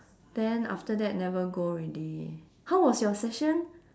then after that never go already how was your session